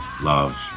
love